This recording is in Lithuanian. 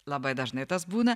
labai dažnai tas būna